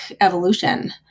evolution